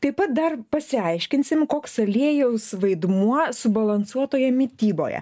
taip pat dar pasiaiškinsime koks aliejaus vaidmuo subalansuotoje mityboje